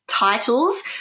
Titles